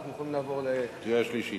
ואנחנו יכולים לעבור, קריאה שלישית.